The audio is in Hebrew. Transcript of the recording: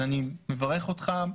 אז אני מברך אותך,